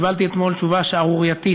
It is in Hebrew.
קיבלתי אתמול תשובה שערורייתית.